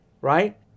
Right